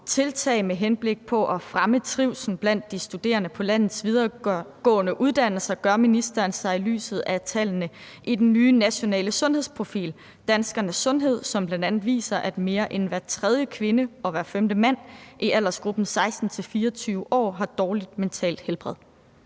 tiltag med henblik på at fremme trivslen blandt de studerende på landets videregående uddannelser gør ministeren sig i lyset af tallene i den nye nationale sundhedsprofil – Danskernes Sundhed – som bl.a. viser, at mere end hver tredje kvinde og hver femte mand i aldersgruppen 16-24 år har dårligt mentalt helbred?